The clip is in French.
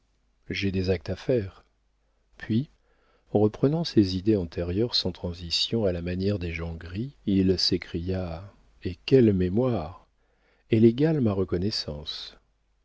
j'ai des actes à faire puis reprenant ses idées antérieures sans transition à la manière des gens gris il s'écria et quelle mémoire elle égale ma reconnaissance